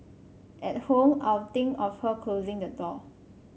at home I'd think of her closing the door